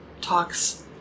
talks